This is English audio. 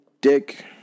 dick